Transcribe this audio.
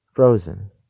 Frozen